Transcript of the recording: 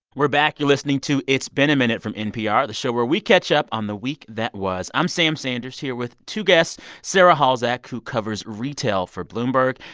back. you're listening to it's been a minute from npr, the show where we catch up on the week that was. i'm sam sanders here with two guests sarah halzack, who covers retail for bloomberg,